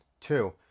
Two